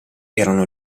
erano